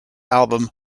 album